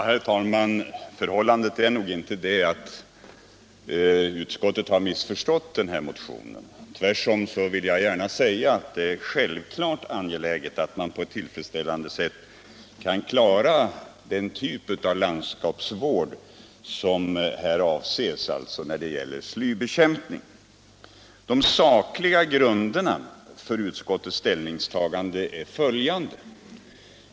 Herr talman! Förhållandet är nog inte att utskottet har missförstått motionen. Tvärtom — det är självfallet angeläget att man på ett tillfredsställande sätt kan klara den typ av landskapsvård som här avses, alltså slybekämpning. De sakliga grunderna för utskottets ställningstagande är följande.